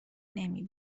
نمی